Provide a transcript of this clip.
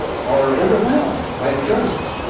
are overwhelmed by the choices.